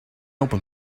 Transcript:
open